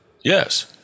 Yes